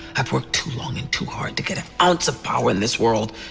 i've worked too long and too hard to get an ounce of power in this world.